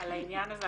על העניין הזה.